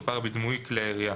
או פער בדמוי כלי הירייה,